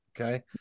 Okay